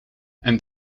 and